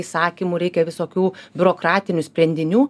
įsakymų reikia visokių biurokratinių sprendinių